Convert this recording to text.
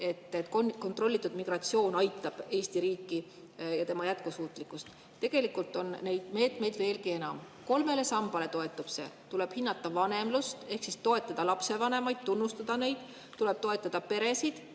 et kontrollitud migratsioon aitab Eesti riiki ja tema jätkusuutlikkust. Tegelikult on neid meetmeid veelgi enam. See toetub kolmele sambale: tuleb hinnata vanemlust ehk toetada lapsevanemaid, tunnustada neid; tuleb toetada peresid,